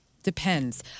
depends